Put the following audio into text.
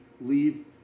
leave